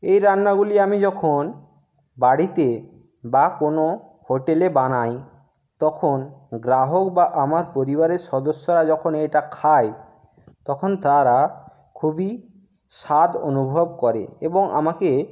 এই রান্নাগুলি আমি যখন বাড়িতে বা কোনো হোটেলে বানাই তখন গ্রাহক বা আমার পরিবারের সদস্যরা যখন এটা খায় তখন তারা খুবই স্বাদ অনুভব করে এবং আমাকে